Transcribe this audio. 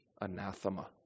anathema